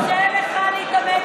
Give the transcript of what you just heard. קשה לך.